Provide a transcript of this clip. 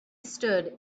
stood